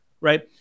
right